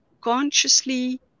Consciously